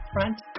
Front